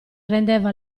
rendeva